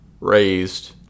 raised